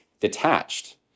detached